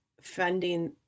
funding